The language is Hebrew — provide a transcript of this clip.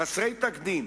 חסרי תקדים,